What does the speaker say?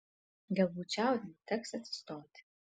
galbūt čiaudint teks atsistoti